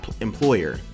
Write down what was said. employer